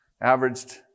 averaged